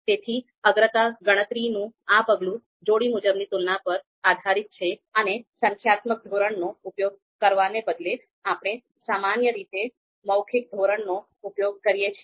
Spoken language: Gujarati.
તેથી અગ્રતા ગણતરીનું આ પગલું જોડી મુજબની તુલના પર આધારિત છે અને સંખ્યાત્મક ધોરણનો ઉપયોગ કરવાને બદલે આપણે સામાન્ય રીતે મૌખિક ધોરણનો ઉપયોગ કરીએ છીએ